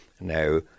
now